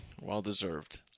Well-deserved